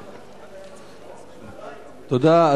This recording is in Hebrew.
תודה.